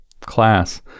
class